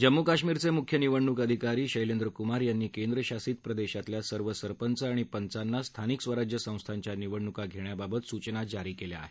जम्मू काश्मीरचे मुख्य निवडणुक अधिकारी शैलेंद्र कुमार यांनी केंद्रशासिस प्रदेशातल्या सर्व सरपंच आणि पंचानां स्थानिक स्वराज संस्था च्या निवडणुका घेण्याबाबत सूचना जारी केल्या आहेत